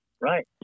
Right